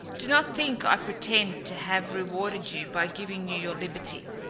do not think i pretend to have rewarded you by giving you your liberty,